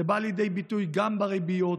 זה בא לידי ביטוי גם בריביות,